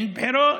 אין בחירות,